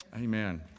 Amen